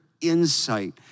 insight